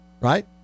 Right